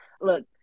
look